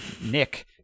Nick